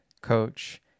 coach